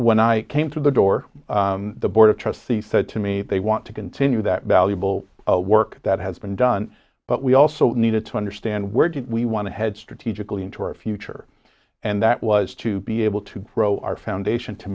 when i came through the door the board of trustees said to me they want to continue that valuable work that has been done but we also need to understand where do we want to head strategically into our future and that was to be able to grow our foundation to